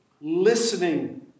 listening